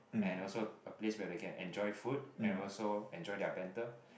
and also a place where they can enjoy food and also enjoy their banter